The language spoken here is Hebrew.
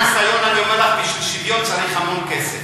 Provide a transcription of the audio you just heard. לפחות מניסיון אני אומר לך: בשביל שוויון צריך המון כסף.